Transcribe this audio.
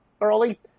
early